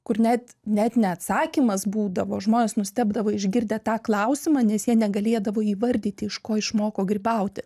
kur net net ne atsakymas būdavo žmonės nustebdavo išgirdę tą klausimą nes jie negalėdavo įvardyti iš ko išmoko grybauti